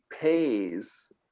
pays